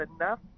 enough